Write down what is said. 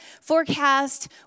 forecast